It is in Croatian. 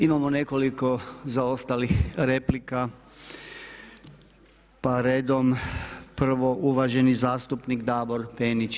Imamo nekoliko zaostalih replika, pa redom prvo uvaženi zastupnik Davor Penić.